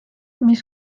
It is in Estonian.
mis